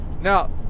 now